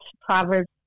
Proverbs